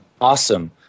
awesome